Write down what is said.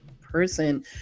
person